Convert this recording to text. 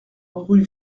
rue